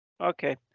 Okay